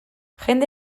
jende